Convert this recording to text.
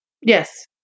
Yes